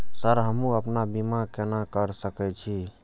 Sir हमू अपना बीमा केना कर सके छी?